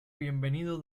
bienvenido